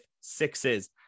sixes